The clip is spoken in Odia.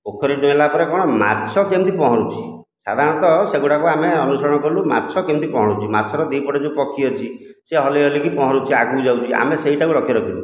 ପୋଖରୀରେ ଡେଇଁଲା ପରେ କ'ଣ ମାଛ କେମିତି ପହଁରୁଛି ସାଧାରଣତଃ ସେଗୁଡ଼ାକୁ ଆମେ ଅନୁସରଣ କଲୁ ମାଛ କେମିତି ପହଁରୁଚି ମାଛର ଦୁଇ ପଟେ ଯେଉଁ ପକ୍ଷୀ ଅଛି ସେ ହଲାଇ ହଲାଇକି ପହଁରୁଛି ଆଗକୁ ଯାଉଛି ଆମେ ସେହିଟାକୁ ଲକ୍ଷ୍ୟ ରଖିଲୁ